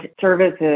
services